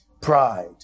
Pride